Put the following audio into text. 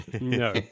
No